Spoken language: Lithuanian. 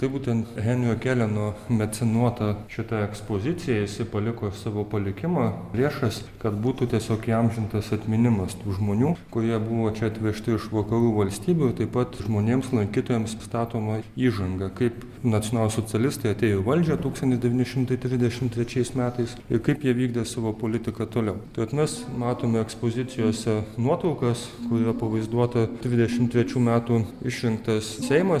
tai būtent henrio keleno mecenuota šita ekspozicija jisai paliko savo palikimą lėšas kad būtų tiesiog įamžintas atminimas tų žmonių kurie buvo čia atvežti iš vakarų valstybių taip pat žmonėms lankytojams pristatoma įžanga kaip nacionalsocialistai atėjo į valdžią tūkstantis devyni šimtai trisdešim trečiais metais ir kaip jie vykdė savo politiką toliau tai vat mes matome ekspozicijose nuotraukas kur yra pavaizduota trisdešim trečių metų išrinktas seimas